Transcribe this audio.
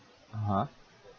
(uh huh)